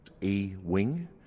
E-Wing